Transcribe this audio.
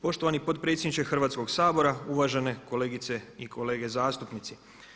Poštovani potpredsjedniče Hrvatskoga sabora, uvažene kolegice i kolege zastupnici.